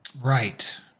Right